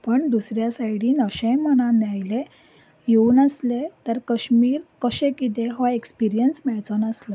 पण दुसऱ्या सायडीन अशेंय मनान आयलें येवनासलें तर कश्मीर कशें कितें हो एक्सपिरियन्स मेळचो नासलो